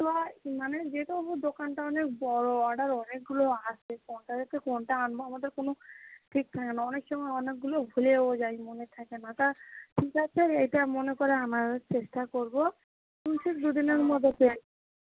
তো মানে যেহেতু দোকানটা অনেক বড়ো অর্ডার অনেকগুলো আসছে কোনটা রেখে কোনটা আনবো আমাদের কোনো ঠিক থাকে না অনেক সময় অনেকগুলো ভুলেও যাই মনেও থাকে না তা ঠিক আছে এটা মনে করে আমার চেষ্টা করবো দুদিনের মধ্যে পেয়ে